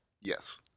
Yes